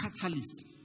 catalyst